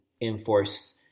enforce